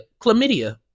chlamydia